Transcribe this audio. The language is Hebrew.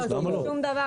אין מניעה